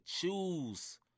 choose